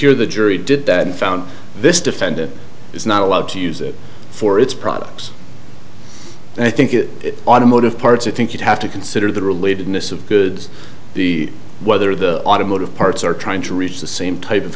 here the jury did that and found this defendant is not allowed to use it for its products i think it automotive parts i think you'd have to consider the relatedness of goods the whether the automotive parts are trying to reach the same type of